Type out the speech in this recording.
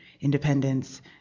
independence